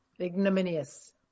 Ignominious